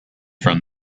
from